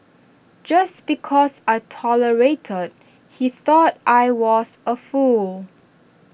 just because I tolerated he thought I was A fool